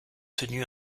tenu